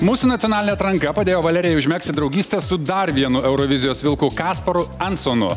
mūsų nacionalinė atranka padėjo valerijai užmegzti draugystę su dar vienu eurovizijos vilku kasparu ansonu